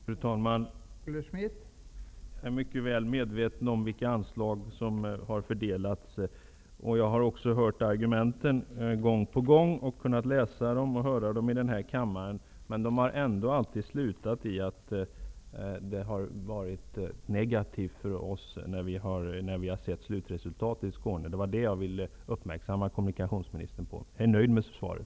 Fru talman! Jag är mycket väl medveten om vilka anslag som har fördelats, och jag har också gång på gång hört argumenten. Jag har kunnat läsa dem och höra dem i den här kammaren. Det har ändå alltid inneburit ett negativt slutresultat för oss i Skåne. Det var vad jag ville uppmärksamma kommunikationsministern på. Jag är nöjd med svaret.